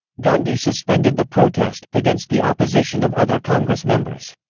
gandhi suspended the protest, against the opposition of other congress members.